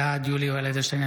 בעד יולי יואל אדלשטיין,